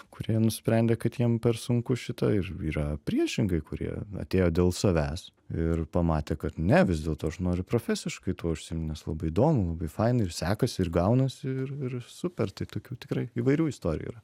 kurie nusprendė kad jiem per sunku šita ir yra priešingai kurie atėjo dėl savęs ir pamatė kad ne vis dėlto aš noriu profesiškai tuo užsiimt nes labai įdomu labai faina ir sekasi ir gaunasi ir ir super tai tokių tikrai įvairių istorijų yra